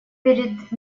перед